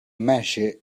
measure